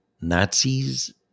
Nazis